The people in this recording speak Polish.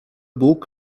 bóg